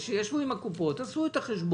ישבו עם קופות החולים, עשו את החשבון,